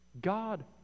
God